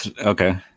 okay